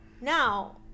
Now